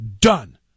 Done